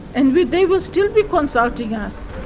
and they will still be consulting us.